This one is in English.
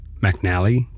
McNally